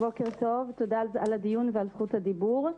בוקר טוב ותודה על הדיון ועל זכות הדיבור.